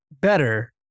better